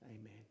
amen